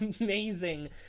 amazing